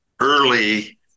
early